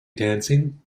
dancing